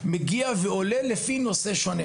מגיע לירושלים בעקבות נושא מסוים.